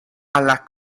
alla